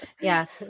Yes